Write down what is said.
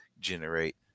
generate